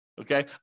Okay